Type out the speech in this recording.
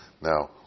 Now